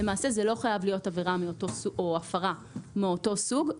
למעשה זה לא חייב להיות עבירה או הפרה מאותו סוג.